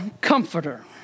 comforter